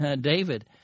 David